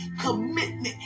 commitment